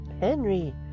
Henry